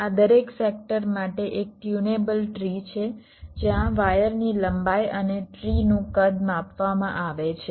આ દરેક સેક્ટર માટે એક ટ્યુનેબલ ટ્રી છે જ્યાં વાયરની લંબાઈ અને ટ્રી નું કદ માપવામાં આવે છે